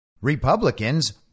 Republicans